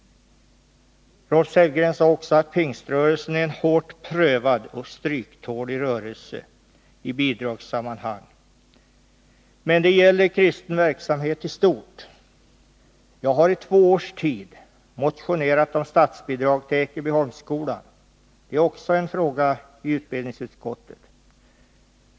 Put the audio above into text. Rolf Sellgren sade också att Pingströrelsen är en hårt prövad och stryktålig rörelse i bidragssammanhang. Men det gäller kristen verksamhet i stort. Jag har i två års tid motionerat om statsbidrag till Ekebyholmsskolan i Rimbo. Det är också en fråga för utbildningsutskottet.